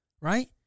right